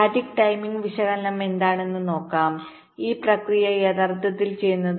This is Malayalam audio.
സ്റ്റാറ്റിക് ടൈമിംഗ് വിശകലനം എന്താണെന്ന് നോക്കാം ഈ പ്രക്രിയ യഥാർത്ഥത്തിൽ ചെയ്യുന്നത്